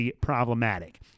problematic